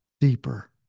deeper